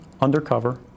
undercover